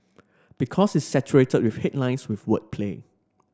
because it's saturated with headlines with wordplay